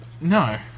No